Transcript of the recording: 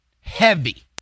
Heavy